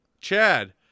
Chad